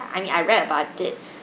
I mean I read about it